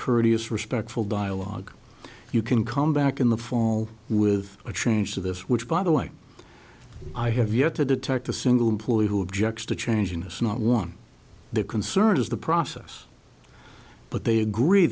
courteous respectful dialogue you can come back in the fall with a change to this which by the way i have yet to detect a single employee who objects to changing us not one their concern is the process but they agree